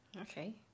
okay